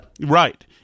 right